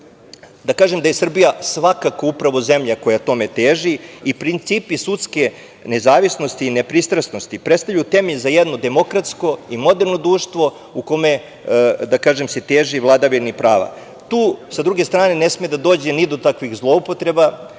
prava. Srbija je svakako zemlja koja tome teži i principi sudske nezavisnosti i nepristrasnosti predstavljaju temelj za jedno demokratsko i moderno društvo u kome se teži vladavini prava. Tu, sa druge strane, ne sme da dođe ni do kakvih zloupotreba,